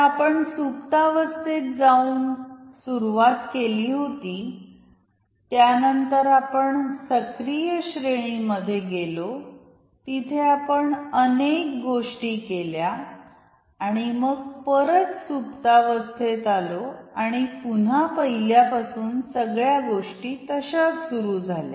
तर आपण सुप्तावस्थेत जाऊन सुरुवात केली होती त्यानंतर आपण सक्रिय श्रेणीमध्ये गेलो तिथे आपण अनेक गोष्टी केल्या आणि मग परत सुप्तावस्थेत आलो आणि पुन्हा पहिल्यापासून सगळ्या गोष्टी तशाच सुरू झाल्या